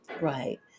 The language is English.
Right